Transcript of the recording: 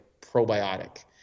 probiotic